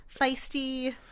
Feisty